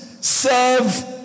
serve